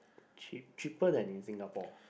cheap cheaper than in Singapore